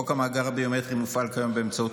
חוק המאגר הביומטרי מופעל כיום באמצעות